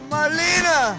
Marlena